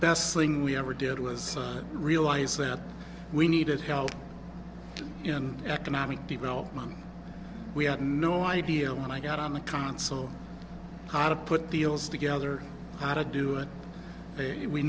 best thing we ever did was realize that we needed help in economic development we had no idea when i got on the council how to put deals together how to do it we